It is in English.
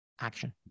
action